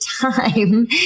time